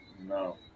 No